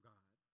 God